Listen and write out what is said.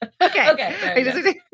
Okay